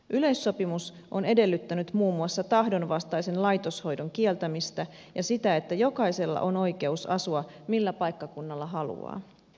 yleissopimus on edellyttänyt muun muassa tahdonvastaisen laitoshoidon kieltämistä ja sitä että jokaisella on oikeus asua millä paikkakunnalla haluaa